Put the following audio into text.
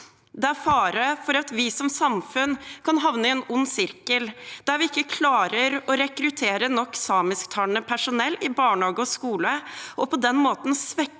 Det er fare for at vi som samfunn kan havne i en ond sirkel der vi ikke klarer å rekruttere nok samisktalende personell i barnehage og skole og på den måten svekker